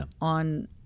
on